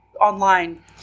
online